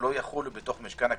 לא יחולו בתוך משכן הכנסת,